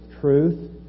truth